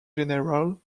general